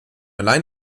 allein